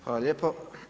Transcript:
Hvala lijepo.